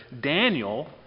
Daniel